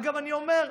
ואגב, אני אומר,